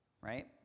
right